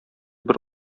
бер